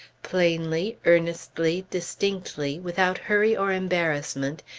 plainly, earnestly, distinctly, without hurry or embarrassment,